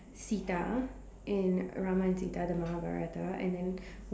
Sita in Ramansita the Mahabharata and then